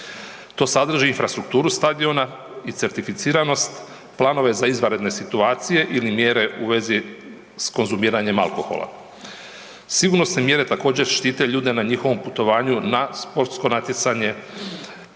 To sadrži infrastrukturu stadiona i certificiranost, planove za izvanredne situacije ili mjere u vezi s konzumiranjem alkohola. Sigurnosne mjere također, štite ljude na njihovom putovanju na sportsko natjecanje